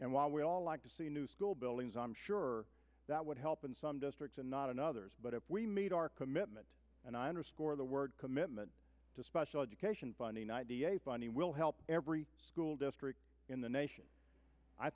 and while we all like to see new school buildings i'm sure that would help in some districts and not in others but if we made our commitment and i underscore the word commitment to special education funding funding will help every school district in the nation i